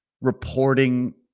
reporting